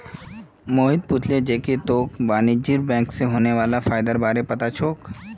मोहित पूछले जे की तोक वाणिज्यिक बैंक स होने वाला फयदार बार पता छोक